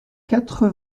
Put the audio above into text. quatre